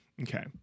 Okay